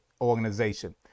organization